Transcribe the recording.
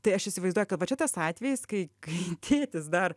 tai aš įsivaizduoju kad va čia tas atvejis kai kai tėtis dar